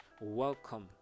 Welcome